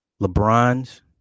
LeBron's